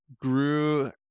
grew